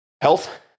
Health